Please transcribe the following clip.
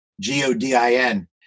G-O-D-I-N